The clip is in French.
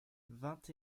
vingt